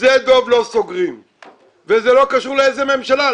שדה דב לא סוגרים וזה לא קשור לאיזו ממשלה.